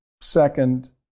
Second